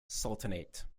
sultanate